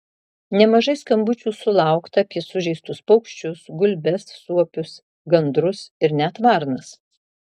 nemažai skambučių sulaukta apie sužeistus paukščius gulbes suopius gandrus ir net varnas